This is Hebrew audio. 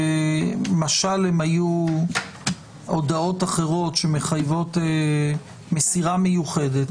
משל הן היו הודעות אחרות שמחיבות מסירה מיוחדת,